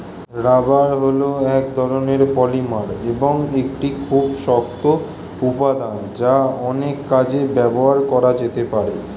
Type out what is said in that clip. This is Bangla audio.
রাবার হল এক ধরণের পলিমার এবং একটি খুব শক্ত উপাদান যা অনেক কাজে ব্যবহার করা যেতে পারে